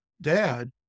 dad